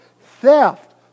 theft